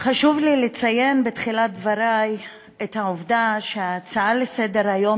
חשוב לי לציין בתחילת דברי את העובדה שההצעה לסדר-היום